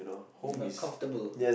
you're not comfortable